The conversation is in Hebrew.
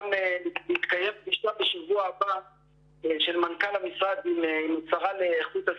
הנושא הוא הצגת הדוחות על הביקורת בשלטון המקומי של משרד מבקר המדינה.